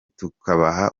tukabaha